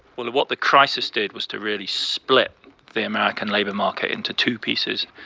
well, what the crisis did was to really split the american labor market into two pieces.